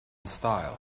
style